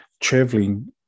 traveling